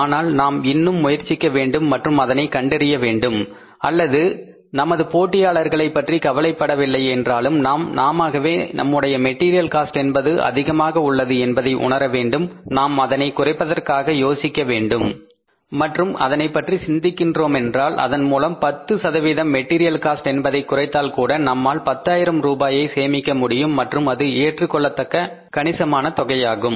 ஆனால் நாம் இன்னும் முயற்சிக்க வேண்டும் மற்றும் அதனை கண்டறிய வேண்டும் அல்லது நமது போட்டியாளர்களை பற்றி கவலைப்படவில்லை என்றாலும் நாம் நாமாகவே நம்முடைய மெட்டீரியல் காஸ்ட் என்பது அதிகமாக உள்ளது என்பதை உணர வேண்டும் நாம் அதனை குறைப்பதற்காக யோசிக்க வேண்டும் மற்றும் அதனைப்பற்றி சிந்திக்கின்றோமென்றாள் அதன் மூலம் 10 சதவீதம் மெட்டீரியல் காஸ்ட் என்பதை குறைத்தால் கூட நம்மால் பத்தாயிரம் ரூபாயை சேமிக்க முடியும் மற்றும் அது ஏற்றுக்கொள்ளக்கூடிய கணிசமான தொகையாகும்